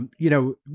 um you know,